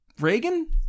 Reagan